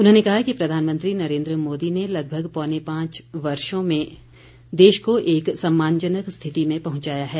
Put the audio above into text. उन्होंने कहा कि प्रधानमंत्री नरेन्द्र मोदी ने लगभग पौने पांच वर्षो में देश को एक सम्मानजनक स्थिति में पहुंचाया है